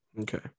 Okay